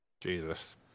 Jesus